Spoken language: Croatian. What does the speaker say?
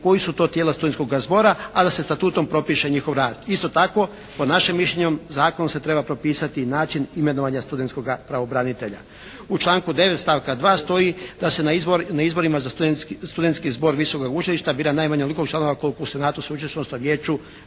koja su to tijela studentskoga zbora, a da se statutom propiše njihov rad. Isto tako po našem mišljenju zakonom se treba propisati i način imenovanja studentskoga pravobranitelja. U članku 9. stavka 2. stoji da se na izborima za Studentski zbor visokoga učilišta bira najmanje onoliko članova koliko …/Govornik se ne